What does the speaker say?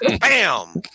Bam